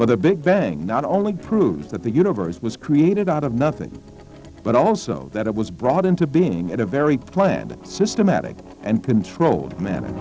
for the big bang not only proves that the universe was created out of nothing but also that it was brought into being at a very planned systematic and controlled m